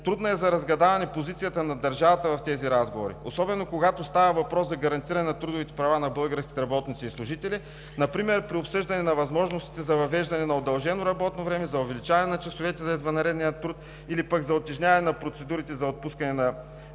трудна е за разгадаване позицията на държавата в тези разговори, особено когато става въпрос за гарантиране на трудовите права на българските работници и служители например при обсъждане на възможностите за въвеждане на удължено работно време, за увеличаване на часовете за извънредния труд или пък за утежняване на процедурите за отпускане на